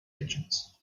agents